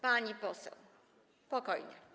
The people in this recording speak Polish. Pani poseł, spokojnie.